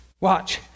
Watch